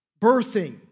birthing